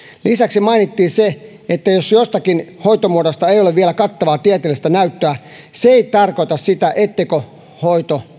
lisäksi mainittiin se että jos jostakin hoitomuodosta ei ole vielä kattavaa tieteellistä näyttöä se ei tarkoita sitä etteikö hoito